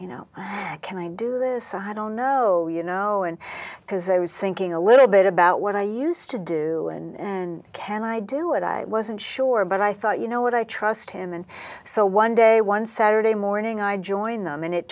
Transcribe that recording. you know can i do this i don't know you know and because i was thinking a little bit about what i used to do and can i do it i wasn't sure but i thought you know what i trust him and so one day one saturday morning i joined them and it